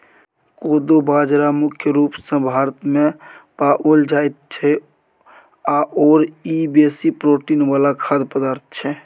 कोदो बाजरा मुख्य रूप सँ भारतमे पाओल जाइत छै आओर ई बेसी प्रोटीन वला खाद्य पदार्थ छै